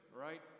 Right